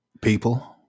people